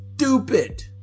Stupid